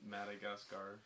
Madagascar